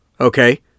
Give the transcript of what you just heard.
Okay